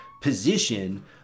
position